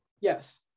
yes